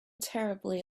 terribly